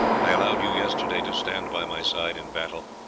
i allowed you yesterday to stand by my side in battle,